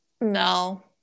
No